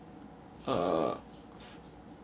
err